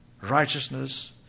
righteousness